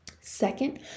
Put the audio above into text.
second